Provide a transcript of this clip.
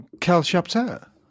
Kel-chapter